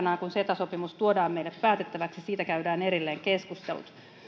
kun ceta sopimus tuodaan meille päätettäväksi siitä käydään erillinen keskustelu